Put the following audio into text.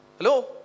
Hello